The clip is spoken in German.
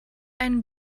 ein